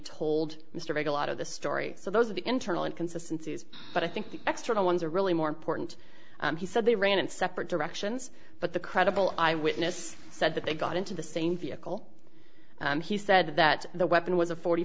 told mr begg a lot of the story so those are the internal inconsistency but i think the extra ones are really more important he said they ran in separate directions but the credible eyewitness said that they got into the same vehicle he said that the weapon was a forty